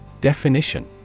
Definition